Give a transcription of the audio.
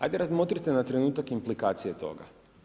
Ajde razmotrite na trenutak implikacije toga.